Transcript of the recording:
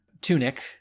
tunic